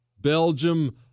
Belgium